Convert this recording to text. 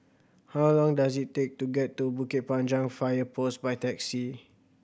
how long does it take to get to Bukit Panjang Fire Post by taxi